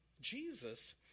Jesus